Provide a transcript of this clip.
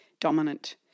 dominant